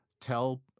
tell